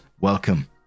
welcome